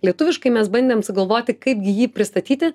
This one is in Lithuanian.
lietuviškai mes bandėm sugalvoti kaipgi jį pristatyti